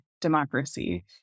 democracy